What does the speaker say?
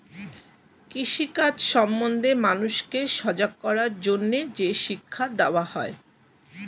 কৃষি কাজ সম্বন্ধে মানুষকে সজাগ করার জন্যে যে শিক্ষা দেওয়া হয়